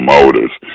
Motors